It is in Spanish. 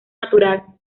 natural